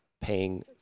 paying